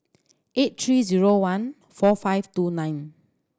eight three zero one four five two nine